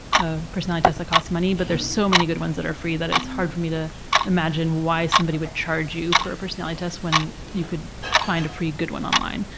a personality test that costs money, but there are so many good ones that are free that it's hard for me to imagine why someone would charge you for a personality test when you could find a free good one online.